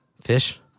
Fish